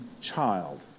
child